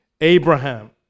Abraham